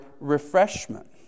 refreshment